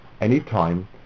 anytime